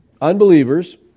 unbelievers